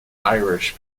irish